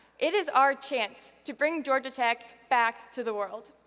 it is our chance to bring georgia tech back to the world.